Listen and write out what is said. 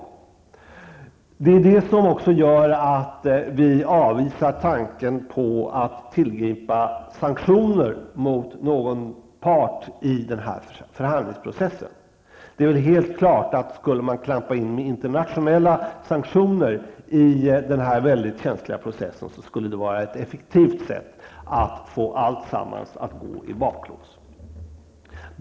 Detta är också orsaken till att vi avvisar tanken på att tillgripa sanktioner mot någon part i förhandlingsprocessen. Att klampa in med internationella sanktioner i den här mycket känsliga processen skulle helt klart vara ett effektivt sätt att få alltsammans att gå i baklås.